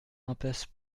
impasse